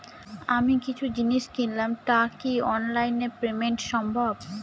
আমি কিছু জিনিস কিনলাম টা কি অনলাইন এ পেমেন্ট সম্বভ?